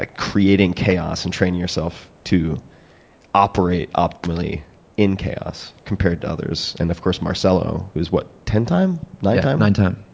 ah creating chaos and training yourself to operate optimally in chaos compared to others and, of course, marcelo, who is what, ten-time? nine-time? nine-time.